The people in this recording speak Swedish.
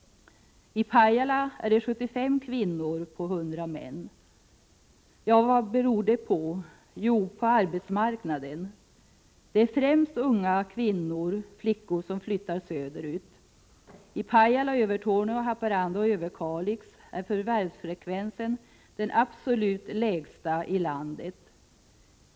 I Pajala är det 75 kvinnor på 100 män. Vad beror det på? Jo, på arbetsmarknaden. Det är främst unga kvinnor — flickor —som flyttar söderut. I Pajala, Övertorneå, Haparanda och Överkalix är förvärvsfrekvensen den absolut lägsta i landet.